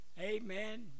Amen